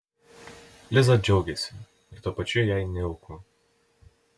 liza džiaugiasi ir tuo pačiu jai nejauku